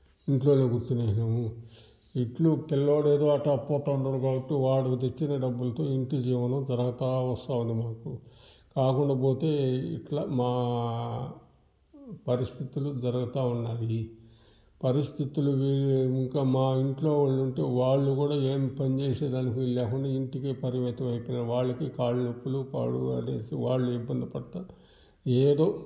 ఇంట్లో కూర్చొనేసాము ఇట్లు పిల్లోడు ఏదో అట్టా పోతు ఉన్నాడు కాబట్టి వాడు తెచ్చిన డబ్బులతో ఇంటి జీవనం జరుగుతు వస్తు ఉంది మాకు కాకుండా పోతే ఇట్లా మా పరిస్థితులు జరగతు ఉన్నాయి పరిస్థితులు వీలు ఇంకా మా ఇంట్లో వాళ్ళు ఉంటే వాళ్లు కూడా ఏమి పనిచేసే దానికి వీలు లేకుండా ఇంటికి పరిమితం అయిపోయిన వాళ్ళకి కాళ్ళ నొప్పులు పాడు అని వాళ్ళు ఇబ్బంది పడతారు ఏదో